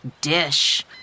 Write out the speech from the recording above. dish